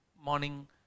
Morning